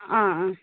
ആ ആ